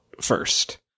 first